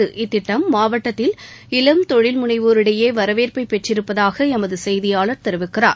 தொழில் இத்திட்டம் மாவட்டத்தில் இளம் முனைவோரிடையேவரவேற்பைபெற்றிருப்பதாகஎமதுசெய்தியாளர் தெரிவிக்கிறார்